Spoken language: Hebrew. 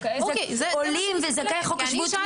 להרגיש נוח ולבנות גשר עבור כל הפעילויות שקורות.